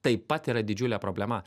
taip pat yra didžiulė problema